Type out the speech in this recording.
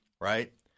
right